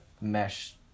mesh